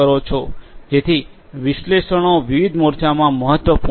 જેથી વિશ્લેષણો વિવિધ મોરચામાં મહત્વપૂર્ણ છે